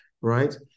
right